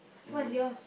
what's yours